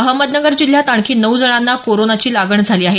अहमदनगर जिल्ह्यात आणखी नऊ जणांना कोरोनाची लागण झाली आहे